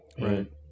Right